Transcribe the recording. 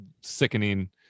sickening